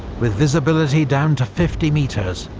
with visibility down to fifty metres,